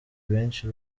benshi